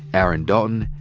aaron dalton,